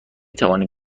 توانیم